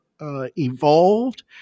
evolved